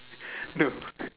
no